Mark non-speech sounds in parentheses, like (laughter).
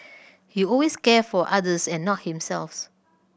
he always cares for others and not himself (unintelligible)